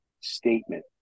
statement